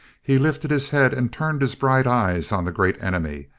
he lifted his head and turned his bright eyes on the great enemy,